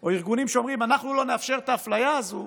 או ארגונים שאומרים: אנחנו לא נאפשר את האפליה הזאת,